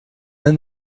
then